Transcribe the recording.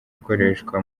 akoreshwa